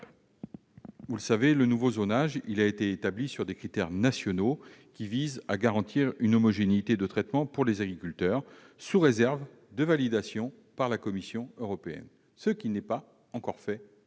en Vendée. Le nouveau zonage, établi sur des critères nationaux, vise à garantir une homogénéité de traitement pour les agriculteurs, sous réserve de validation par la Commission européenne, ce qui n'est pas encore fait